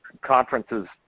conferences